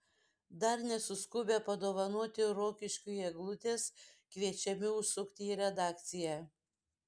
dar nesuskubę padovanoti rokiškiui eglutės kviečiami užsukti į redakciją